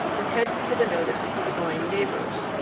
intended for the notice of annoying neighbours.